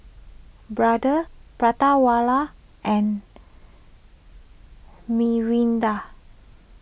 Brother Prata Wala and Mirinda